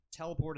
teleported